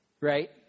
right